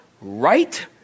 right